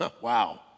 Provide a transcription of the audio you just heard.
Wow